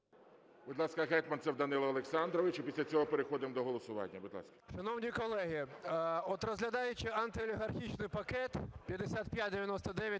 Будь ласка, Гетманцев Данило Олександрович. І після цього переходимо до голосування.